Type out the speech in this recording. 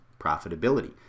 profitability